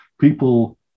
people